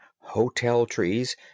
Hotel-trees